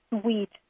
sweet